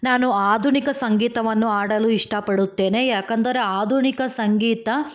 ನಾನು ಆಧುನಿಕ ಸಂಗೀತವನ್ನು ಹಾಡಲು ಇಷ್ಟಪಡುತ್ತೇನೆ ಯಾಕಂದರೆ ಆಧುನಿಕ ಸಂಗೀತ